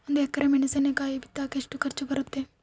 ಒಂದು ಎಕರೆ ಮೆಣಸಿನಕಾಯಿ ಬಿತ್ತಾಕ ಎಷ್ಟು ಖರ್ಚು ಬರುತ್ತೆ?